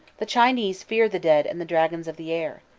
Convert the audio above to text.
the chinese fear the dead and the dragons of the air.